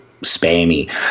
spammy